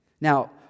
Now